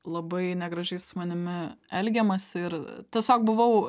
labai negražiai su manimi elgiamasi ir tiesiog buvau